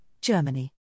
Germany